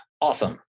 awesome